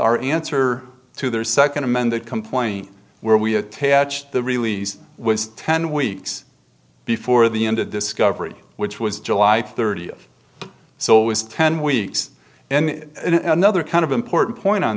are answer to their second amended complaint where we attached the release was ten weeks before the end of discovery which was july thirtieth so it was ten weeks and another kind of important point on